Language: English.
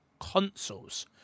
consoles